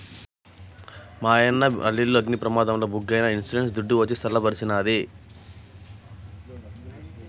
మాయన్న ఆలిల్లు అగ్ని ప్రమాదంల బుగ్గైనా ఇన్సూరెన్స్ దుడ్డు వచ్చి సల్ల బరిసినాది